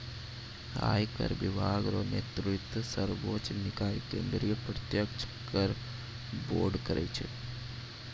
आयकर विभाग रो नेतृत्व सर्वोच्च निकाय केंद्रीय प्रत्यक्ष कर बोर्ड करै छै